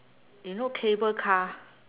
you know cable car